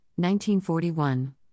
1941